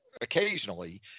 occasionally